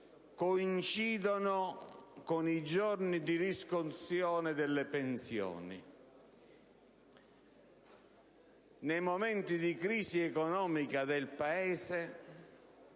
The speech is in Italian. coincidono con i giorni di riscossione delle pensioni. Nei momenti di crisi economica del Paese,